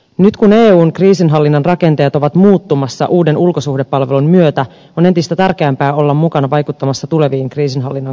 nyt kun eun kriisinhallinnan rakenteet ovat muuttumassa uuden ulkosuhdepalvelun myötä on entistä tärkeämpää olla mukana vaikuttamassa tuleviin kriisinhallinnan konsepteihin